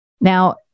Now